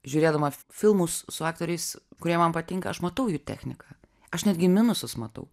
žiūrėdama filmus su aktoriais kurie man patinka aš matau jų techniką aš netgi minusus matau